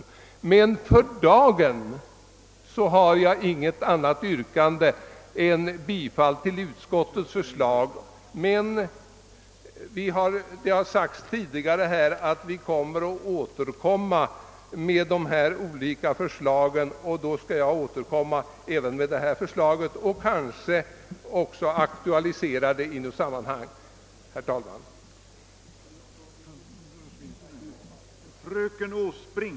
Men för dagen har jag inget annat yrkande än bifall till utskottets förslag. Det har sagts tidigare här att man ämnar återkomma med de olika förslagen. Då skall även jag återkomma med det här förslaget, och jag kanske också kan aktualisera det i något annat sammanhang.